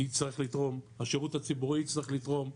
יצטרך לתרום, השירות הציבורי יצטרך לתרום,